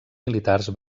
militars